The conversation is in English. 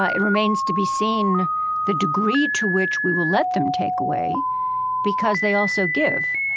ah it remains to be seen the degree to which we will let them take away because they also give.